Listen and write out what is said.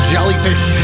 Jellyfish